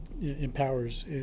empowers